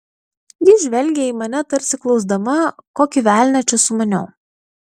ji žvelgė į mane tarsi klausdama kokį velnią čia sumaniau